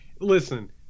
Listen